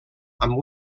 amb